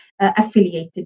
affiliated